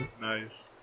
Nice